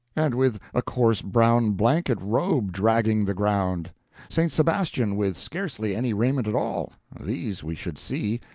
and with a coarse brown blanket robe dragging the ground st. sebastian with scarcely any raiment at all these we should see,